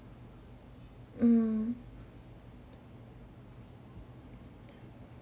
mm